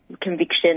conviction